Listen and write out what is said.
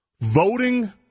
Voting